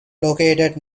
located